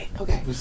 Okay